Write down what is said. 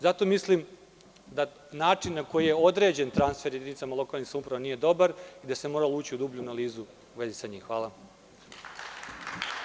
Zato mislim da način na koji je određen transfer jedinicama lokalnih samouprava nije dobar i da se mora ući u dublju analizu uvezi sa njima.